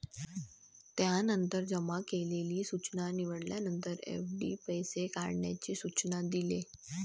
त्यानंतर जमा केलेली सूचना निवडल्यानंतर, एफ.डी पैसे काढण्याचे सूचना दिले